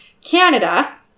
Canada